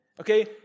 okay